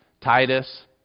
Titus